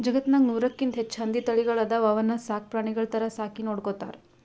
ಜಗತ್ತ್ನಾಗ್ ನೂರಕ್ಕಿಂತ್ ಹೆಚ್ಚ್ ಹಂದಿ ತಳಿಗಳ್ ಅದಾವ ಅವನ್ನ ಸಾಕ್ ಪ್ರಾಣಿಗಳ್ ಥರಾ ಸಾಕಿ ನೋಡ್ಕೊತಾರ್